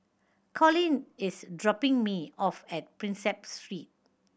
Collin is dropping me off at Prinsep Street